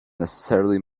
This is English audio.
necessarily